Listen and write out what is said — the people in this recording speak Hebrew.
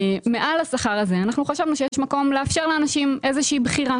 מעל השכר אנחנו חשבנו שיש מקום לאפשר לאנשים איזה שהיא בחירה.